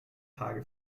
tage